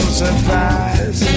surprise